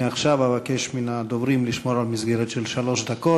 מעכשיו אבקש מהדוברים לשמור על מסגרת של שלוש דקות.